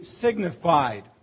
signified